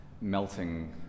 melting